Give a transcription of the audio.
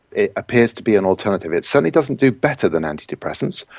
it appears to be an alternative. it certainly doesn't do better than antidepressants,